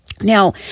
Now